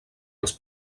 els